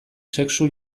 sexu